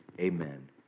Amen